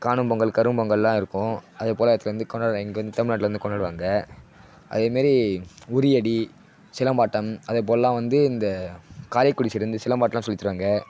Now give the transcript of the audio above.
காணும் பொங்கல் கரும்பொங்கல்லாம் இருக்கும் அதுப்போல் இடத்துலருந்து கொண்டாடுவாங்க இங்கே வந்து தமிழ்நாட்டில் வந்து கொண்டாடுவாங்க அதேமாரி உறியடி சிலம்பாட்டம் அதேப்போலலாம் வந்து இந்த காரைக்குடி சைடு இந்த சிலம்பாட்டல்லாம் சொல்லித்தருவங்க